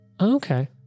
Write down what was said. Okay